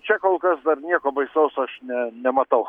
čia kol kas dar nieko baisaus aš ne nematau